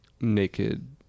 naked